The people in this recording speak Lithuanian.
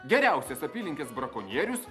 geriausias apylinkės brakonierius